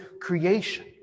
creation